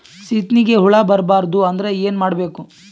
ಸೀತ್ನಿಗೆ ಹುಳ ಬರ್ಬಾರ್ದು ಅಂದ್ರ ಏನ್ ಮಾಡಬೇಕು?